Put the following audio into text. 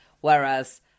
Whereas